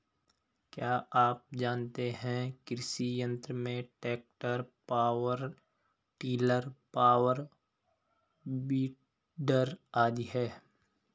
क्या आप जानते है कृषि यंत्र में tractor, power tiller, power weeder आदि है?